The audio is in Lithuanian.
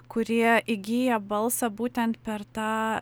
kurie įgyja balsą būtent per tą